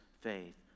faith